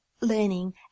learning